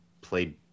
played